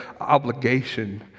obligation